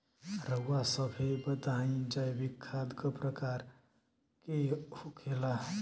रउआ सभे बताई जैविक खाद क प्रकार के होखेला?